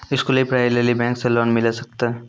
स्कूली पढ़ाई लेली बैंक से लोन मिले सकते?